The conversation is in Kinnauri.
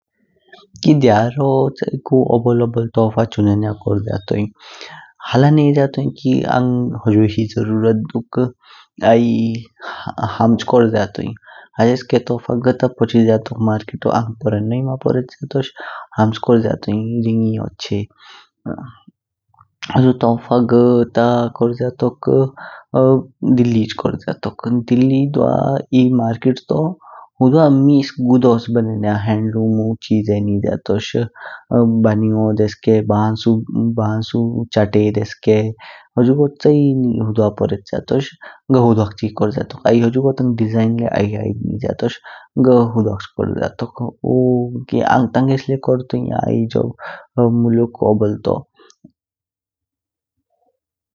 की ध्यारो ओबोल ओबोल तोफा चुनेन्या कोरग्ज्या तोई, हला नेझ्या तोई की आंग हुजुही जरूरत दुक, आइ हम्च कोरज्या तोई। घ ता पोचिज्या तोक मार्केटो आंग पोरेनो मा पोरेच्य तोष। हम्च कोरज्या तोई रिनी ओरचे। हुजु तोहफा घ ता कोरज्या तोकह दिल्लीझ कोरज्या तोक। दिल्ली हुडवा एह मार्केट तुहुडवा मीज गुडोस बनान्या हैंडलूमु चिजो निज्या तोष। बनियन देसके, बन्सु बन्सु चत्ते देसके। हुजुगो चाहिये हुडवा पोरेच्य तोष घ हुडवाच्ची कोरज्या तोक। आइ हुजुगो तांग डिजाइन ल्याय आइद आइद निज्या तोष। ऊ की आंग तांगेस ल्याय कोरतों ए नौकरी, मुलुक ओबोल तो।